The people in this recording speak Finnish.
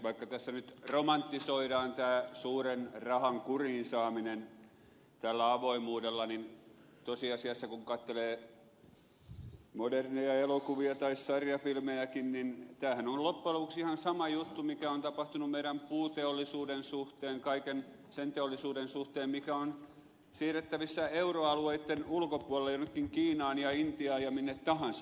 vaikka tässä nyt romantisoidaan tämä suuren rahan kuriin saaminen tällä avoimuudella niin tosiasiassa kun katselee moderneja elokuvia tai sarjafilmejäkin niin tämähän on loppujen lopuksi ihan sama juttu mikä on tapahtunut meidän puuteollisuutemme suhteen kaiken sen teollisuuden suhteen mikä on siirrettävissä euroalueen ulkopuolelle jonnekin kiinaan ja intiaan ja minne tahansa